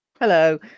hello